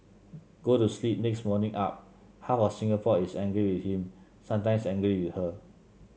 go to sleep next morning up half of Singapore is angry with him sometimes angry with her